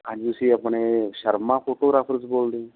ਹਾਂਜੀ ਤੁਸੀਂ ਆਪਣੇ ਸ਼ਰਮਾ ਫੋਟੋਗ੍ਰਾਫ਼ਰਸ ਬੋਲਦੇ ਹੋ